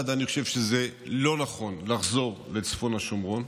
אחד, אני חושב שלא נכון לחזור לצפון השומרון,